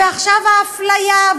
ועכשיו האפליה,